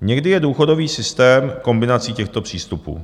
Někdy je důchodový systém kombinací těchto přístupů.